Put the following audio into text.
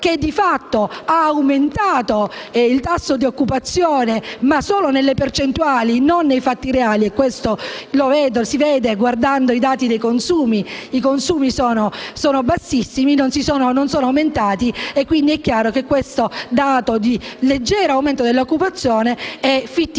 act*, ma esso ha aumentato il tasso di occupazione solo nelle percentuali e non nei fatti reali. Ciò emerge dai dati dei consumi, che sono bassissimi e non sono aumentati. È chiaro che questo dato di leggero aumento dell'occupazione è fittizio: